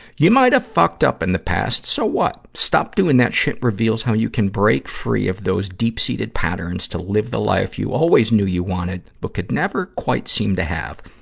you might have fucked up in the past so what? stop doing thar shit reveals how you can break free of those deep-seated patterns to live the life you always knew you wanted, but could never quite seem to have.